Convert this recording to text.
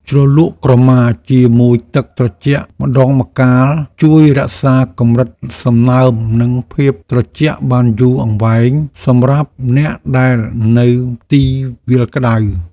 ជ្រលក់ក្រមាជាមួយទឹកត្រជាក់ម្តងម្កាលជួយរក្សាកម្រិតសំណើមនិងភាពត្រជាក់បានយូរអង្វែងសម្រាប់អ្នកដែលនៅទីវាលក្តៅ។